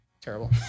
terrible